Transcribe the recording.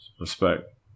Respect